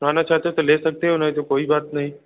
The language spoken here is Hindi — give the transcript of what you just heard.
आना चाहते हो तो ले सकते हो नहीं तो कोई बात नहीं